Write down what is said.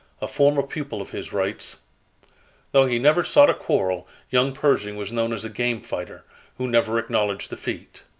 a former pupil of his writes though he never sought a quarrel, young pershing was known as a game fighter who never acknowledged defeat.